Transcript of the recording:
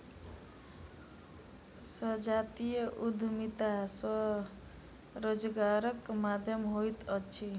संजातीय उद्यमिता स्वरोजगारक माध्यम होइत अछि